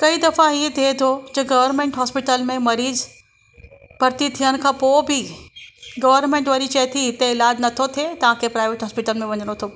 कईं दफ़ा इएं थिए थो त गवर्मेंट हॉस्पिटल में मरीज़ु भर्ती थियण खां पोइ बि गवर्मेंट वरी चए थी त इलाजु नथो थिए तव्हांखे प्रायवेट हॉस्पिटल में वञिणो अथव